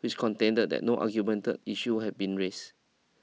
which contended that no argument issues have been raised